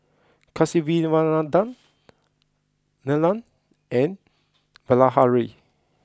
Kasiviswanathan Neelam and Bilahari